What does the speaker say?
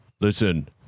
Listen